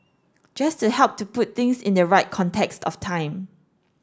just to help to put things in the right context of time